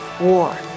war